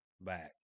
back